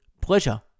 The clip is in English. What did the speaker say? pleasure